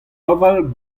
aval